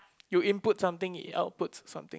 you input something it outputs something